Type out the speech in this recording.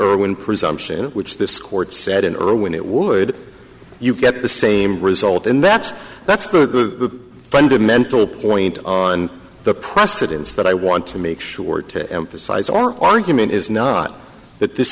irwin presumption which this court said and or when it would you get the same result and that's that's the fundamental point on the precedents that i want to make sure to emphasize our argument is not that this